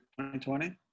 2020